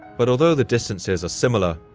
but although the distances are similar,